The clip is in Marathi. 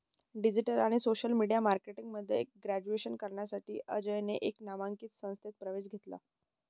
डिजिटल आणि सोशल मीडिया मार्केटिंग मध्ये ग्रॅज्युएशन करण्यासाठी अजयने एका नामांकित संस्थेत प्रवेश घेतला